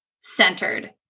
centered